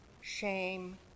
shame